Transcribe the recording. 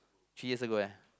three years ago eh